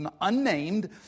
unnamed